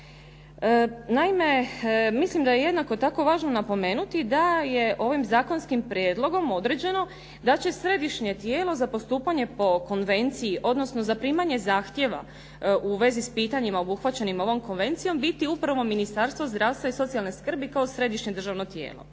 Naime, mislim da je jednako tako važno napomenuti da je ovim zakonskim prijedlogom određeno da će središnje tijelo za postupanje po konvenciji, odnosno za primanje zahtjeva u vezi s pitanjima obuhvaćenim ovom konvencijom biti upravo Ministarstvo zdravstva i socijalne skrbi kao Središnje državno tijelo.